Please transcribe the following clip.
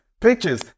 pictures